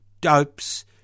dopes